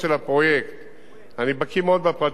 כי לפני שבוע ישבתי עם האלוף במילואים דורון רובין,